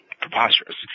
preposterous